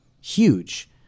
huge